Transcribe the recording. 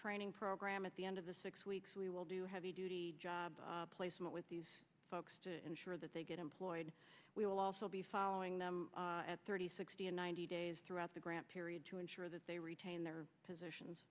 training program at the end of the six weeks we will do heavy duty job placement with these folks to ensure that they get employed we will also be following them at thirty sixty ninety days throughout the grant period to ensure that they retain their positions